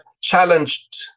challenged